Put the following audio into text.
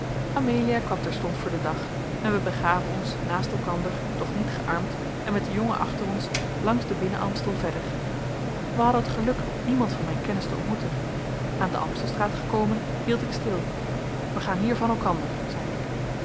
amelia kwam terstond voor den dag en wij begaven ons naast elkander doch niet gearmd en met den jongen achter ons langs den binnen amstel verder wij hadden het geluk niemand van mijn kennis te ontmoeten aan de amstelstraat gekomen hield ik stil wij gaan hier van elkander zeide ik